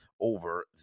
over